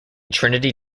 trinity